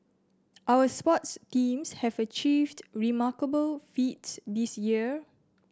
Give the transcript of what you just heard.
our sports teams have achieved remarkable feats this year